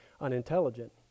unintelligent